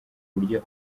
buryo